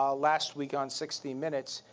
um last week on sixty minutes,